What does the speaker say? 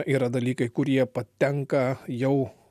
yra dalykai kurie patenka jau